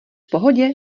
pohodě